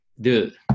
dude